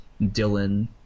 Dylan